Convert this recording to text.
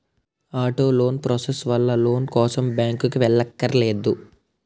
auto loan process వల్ల loan కోసం బ్యాంకుకి వెళ్ళక్కర్లేదు